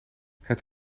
het